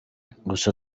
gusa